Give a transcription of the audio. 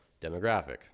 demographic